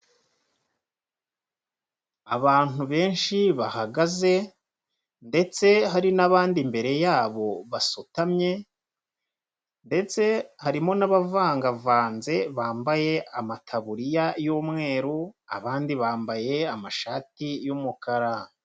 Abantu benshi bahagaze ndetse hari n'abandi imbere yabo basutamye, ndetse harimo n'abavangavanze bambaye amataburiya y'umweru, abandi bambaye amashati y'umukara.